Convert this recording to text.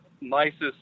nicest